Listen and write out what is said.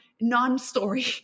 non-story